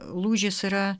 lūžis yra